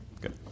Good